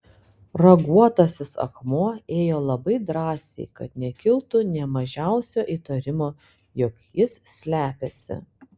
raguotasis akmuo ėjo labai drąsiai kad nekiltų nė mažiausio įtarimo jog jis slepiasi